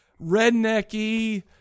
redneck-y